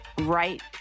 right